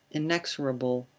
inexorable,